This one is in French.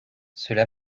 cela